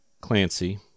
Clancy